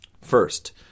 First